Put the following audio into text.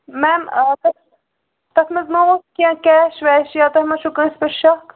میم تَتھ منٛز ما اوس کیٚنٛہہ کیش ویش یا تۄہہِ ما چھُو کٲنٛسہِ پٮ۪ٹھ شک